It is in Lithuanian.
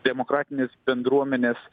demokratinės bendruomenės